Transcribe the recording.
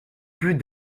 plus